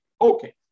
okay